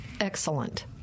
excellent